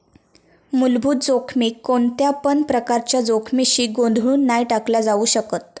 मुलभूत जोखमीक कोणत्यापण प्रकारच्या जोखमीशी गोंधळुन नाय टाकला जाउ शकत